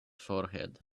forehead